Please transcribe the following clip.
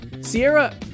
sierra